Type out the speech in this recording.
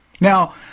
Now